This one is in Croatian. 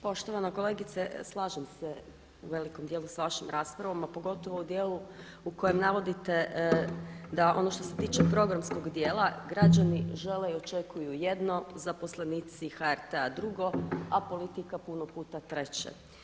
Poštovana kolegice slažem se u velikom dijelu sa vašom raspravom, a pogotovo u dijelu u kojem navodite da ono što se tiče programskog dijela građani žele i očekuju jedno, zaposlenici HRT-a drugo, a politika puno puta treće.